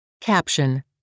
Caption